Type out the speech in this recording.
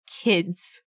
kids